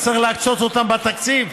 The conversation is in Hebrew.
אז צריך להקצות אותם בתקציב,